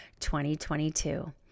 2022